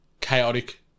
chaotic